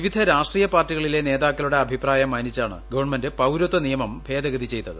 വിവിധ രാഷ്ട്രീയ പാർട്ടികളിലെ നേതാക്കളുടെ അഭിപ്രായം മാനിച്ചാണ് ഗവൺമെന്റ് പൌരത്വ നിയമം ഭേദഗതി ചെയ്തത്